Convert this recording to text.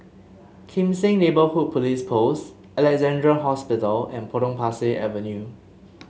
Kim Seng Neighbourhood Police Post Alexandra Hospital and Potong Pasir Avenue